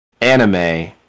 anime